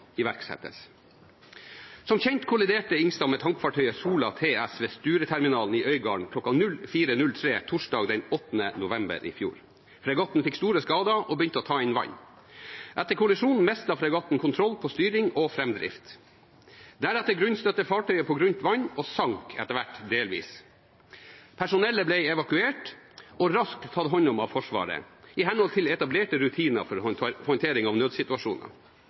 iverksettes. Som kjent kolliderte «Helge Ingstad» med tankfartøyet «Sola TS» ved Stureterminalen i Øygarden kl. 04.03 torsdag den 8. november i fjor. Fregatten fikk store skader og begynte å ta inn vann. Etter kollisjonen mistet fregatten kontroll på styring og framdrift. Deretter grunnstøtte fartøyet på grunt vann og sank etter hvert delvis. Personellet ble evakuert og raskt tatt hånd om av Forsvaret, i henhold til etablerte rutiner for håndtering av nødsituasjoner.